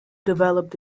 developed